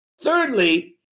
Thirdly